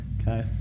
Okay